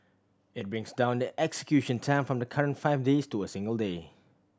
it brings down the execution time from the current five days to a single day